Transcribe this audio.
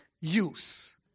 use